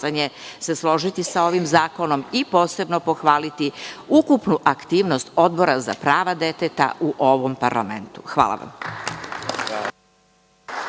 se složiti sa ovim zakonom i posebno pohvaliti ukupnu aktivnost Odbora za prava deteta u ovom parlamentu. Hvala.